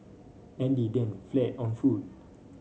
Andy then fled on foot